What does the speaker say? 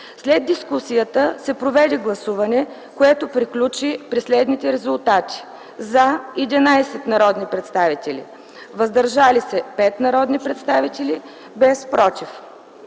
След дискусията се проведе гласуване, което приключи при следните резултати: „за” - 11 народни представители, „въздържали се” – 5 народни представители, без „против”.